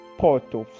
porto